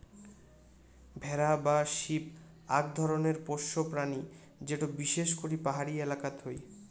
ভেড়া বা শিপ আক ধরণের পোষ্য প্রাণী যেটো বিশেষ করি পাহাড়ি এলাকাত হই